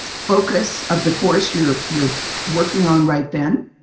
focus of the course you're you're working on right then.